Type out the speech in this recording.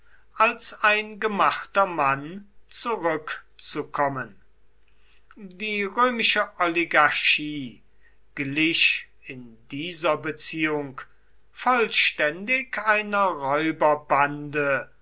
als ein gemachter mann zurückzukommen die römische oligarchie glich in dieser beziehung vollständig einer räuberbande